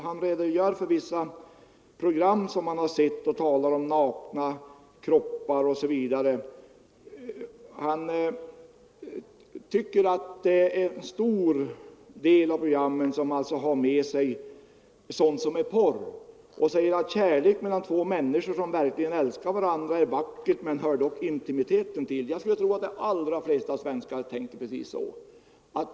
Han redogör för vissa program som han har sett och talar om nakna kroppar osv. Han tycker att det är en stor del av programmen som innehåller sådant som är porr, och han säger: ”Kärlek mellan två människor, som verkligen älskar varandra, är vackert men hör dock intimiteten till.” Jag skulle tro att de allra flesta svenskar tänker precis så.